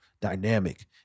dynamic